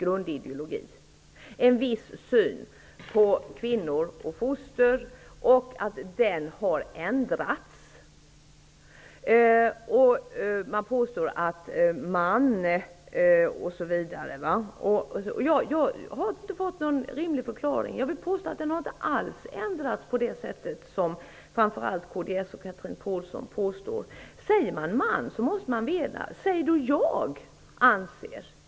Jag har hakat upp mig på att man i förtäckta ordalag påstår att denna grundideologi har ändrats. Ofta används då ordet ''man'' i detta sammanhang. Jag har inte fått någon rimlig förklaring. Jag vill påstå att denna grundsyn inte alls har ändrats på det sätt som framför allt kds och Chatrine Pålsson säger. Hon säger att ''man'' anser. Säg i stället ''jag'' anser.